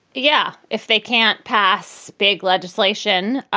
yeah. if they can't pass big legislation,